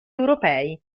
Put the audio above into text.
europei